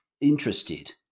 interested